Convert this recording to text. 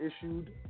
issued